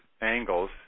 angles